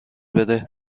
بده